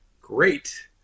great